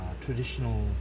traditional